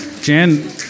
Jan